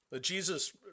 Jesus